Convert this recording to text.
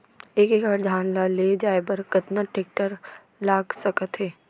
एक एकड़ धान ल ले जाये बर कतना टेकटर लाग सकत हे?